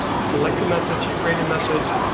select a message, you create a message,